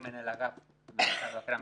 אני מנהל אגף במשרד מבקר המדינה,